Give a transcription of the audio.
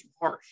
harsh